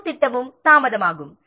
முழு திட்டமும் தாமதமாகும்